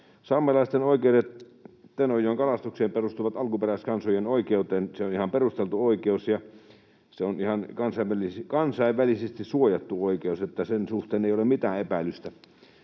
Saamelaisten oikeudet Tenojoen kalastukseen perustuvat alkuperäiskansojen oikeuteen. Se on ihan perusteltu oikeus ja se on ihan kansainvälisesti suojattu oikeus, että sen suhteen ei ole mitään epäilystä.